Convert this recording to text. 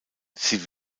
sie